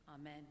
Amen